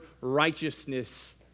righteousness